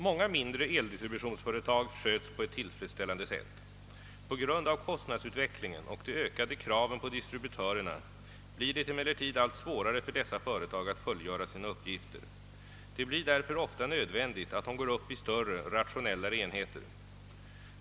Många mindre eldistributionsföretag sköts på ett tillfredsställande sätt. På grund av kostnadsutvecklingen och de ökade kraven på distributörerna blir det emellertid allt svårare för dessa företag att fullgöra sina uppgifter. Det blir därför ofta nödvändigt att de går upp i större, rationellare enheter.